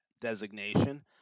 designation